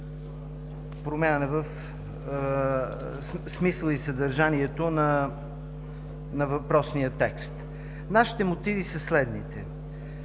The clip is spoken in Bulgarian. промяна в смисъла и съдържанието на въпросния текст. Мотивите ни са следните: